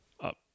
up